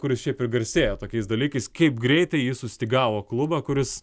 kuris šiaip ir garsėja tokiais dalykais kaip greitai jis sustygavo klubą kuris